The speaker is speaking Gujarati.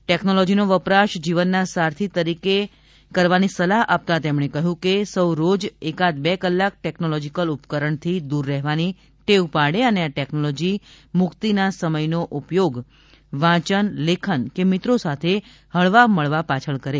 ટેક્નોલોજીનો વપરાશ જીવન ના સારથિ તરીકે કરવાની સલાહ આપતા તેમણે કહ્યું હતું કે સૌ રોજ એકાદ બે કલાક ટેકનોલોજિકલ ઉપકરણ થી દૂર રહેવાની ટેવ પાડે અને આ ટેક્નોલોજી મુક્તિ ના સમય નો ઉપયોગ વાંચન લેખન કે મિત્રો સાથે હળવામળવા પાછળ કરે